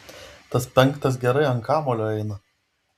tas penktas gerai ant kamuolio eina